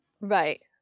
Right